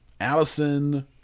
Allison